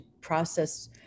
process